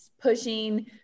pushing